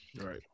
Right